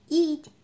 eat